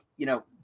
you know,